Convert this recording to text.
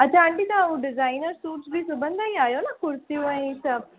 अच्छा आंटी तव्हां उहो डिज़ाइनर सूट्स बि सिबंदा ई आहियो न कुर्तियूं ऐं इहे सभु